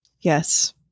Yes